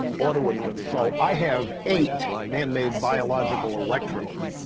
autoimmune. so i have eight man-made, biological electrodes